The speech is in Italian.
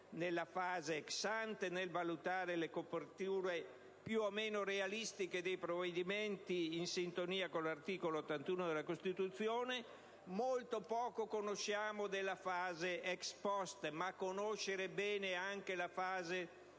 sulla fase *ex* *ante,* nel valutare le coperture più o meno realistiche dei provvedimenti, in sintonia con l'articolo 81 della Costituzione, ma molto poco conosciamo della fase *ex post*. Conoscere bene anche la fase